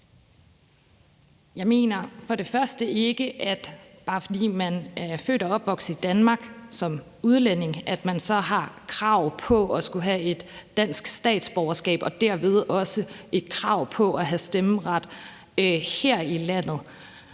Jeg mener ikke, at bare fordi man er født og opvokset i Danmark som udlænding, så har man krav på at skulle have et dansk statsborgerskab og derved også et krav på at have stemmeret her i landet.